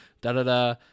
da-da-da